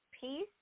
peace